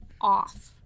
off